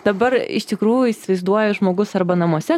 dabar iš tikrųjų įsivaizduoju žmogus arba namuose